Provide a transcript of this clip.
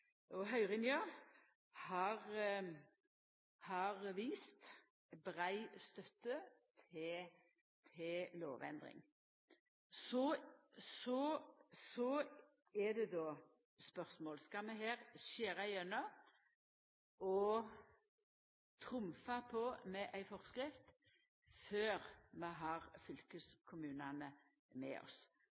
høyring, og høyringa har vist brei støtte til lovendring. Eit spørsmål blir då: Skal vi skjera igjennom og trumfa igjennom ei forskrift før vi har fylkeskommunane med oss?